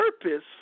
purpose